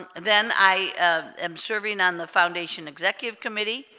then i am serving on the foundation executive committee